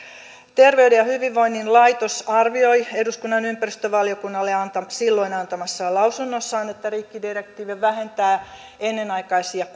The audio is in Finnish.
terveyden ja hyvinvoinnin laitos arvioi eduskunnan ympäristövaliokunnalle silloin antamassaan lausunnossa että rikkidirektiivi vähentää ennenaikaisia